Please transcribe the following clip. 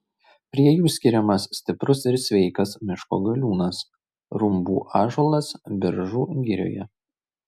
prie jų skiriamas stiprus ir sveikas miško galiūnas rumbų ąžuolas biržų girioje